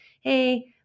hey